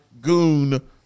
goon